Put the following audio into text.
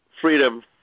freedom